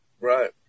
Right